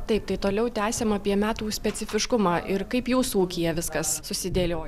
taip tai toliau tęsiam apie metų specifiškumą ir kaip jūsų ūkyje viskas susidėliojo